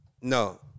no